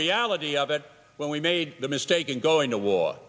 reality of it when we made the mistake in going to war